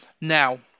Now